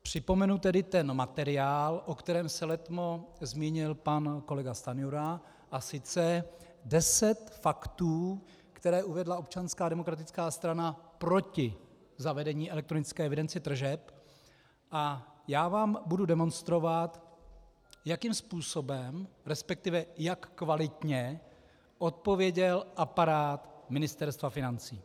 Připomenu tedy ten materiál, o kterém se letmo zmínil pan kolega Stanjura, a sice deset faktů, které uvedla Občanská demokratická strana proti zavedení elektronické evidence tržeb, a budu demonstrovat, jakým způsobem, respektive jak kvalitně odpověděl aparát Ministerstva financí.